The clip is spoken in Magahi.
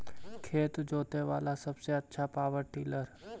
खेत जोते बाला सबसे आछा पॉवर टिलर?